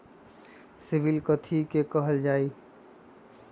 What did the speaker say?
CIBIL कथि के काहल जा लई?